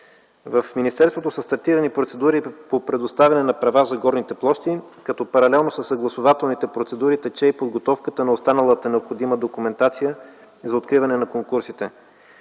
В министерството са стартирани процедури по предоставяне на права за горните площи, като паралелно със съгласувателните процедури тече и подготовката на останалата необходима документация за откриване на конкурсите.